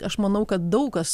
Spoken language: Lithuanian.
aš manau kad daug kas